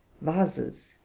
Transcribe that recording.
vases